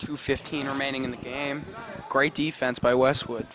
to fifteen remaining in the game great defense by westwood